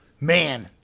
Man